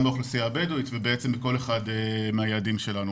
באוכלוסייה הבדואית ובכל אחד מהיעד שלנו.